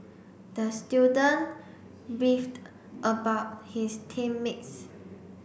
the student beefed about his team mates